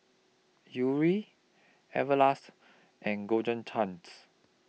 Yuri Everlast and Golden Chance